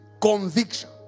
conviction